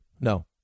No